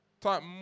Type